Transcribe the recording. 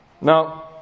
Now